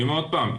אני אומר עוד פעם,